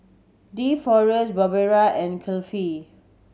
Deforest Barbara and Cliffie